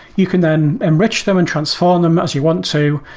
you can then enrich them and transform them as you want to.